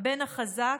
הבן החזק,